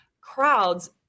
crowds